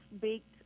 baked